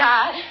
God